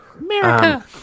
America